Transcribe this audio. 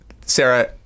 Sarah